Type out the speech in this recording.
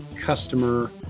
customer